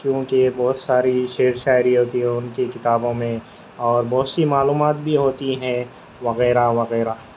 کیونکہ بہت ساری شعر و شاعری ہوتی ہے ان کی کتابوں میں اور بہت سی معلومات بھی ہوتی ہیں وغیرہ وغیرہ